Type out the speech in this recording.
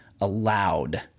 allowed